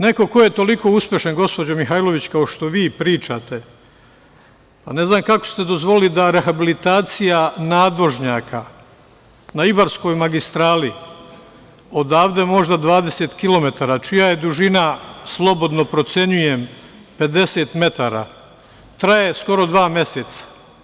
Neko ko je toliko uspešan, gospođo Mihajlović, kao što vi pričate, ne znam kako ste dozvolili da rehabilitacija nadvožnjaka na Ibarskoj magistrali, odavde možda 20 km, čija je dužina, slobodno procenjujem, 50 metara, traje skoro dva meseca?